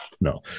no